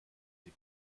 sie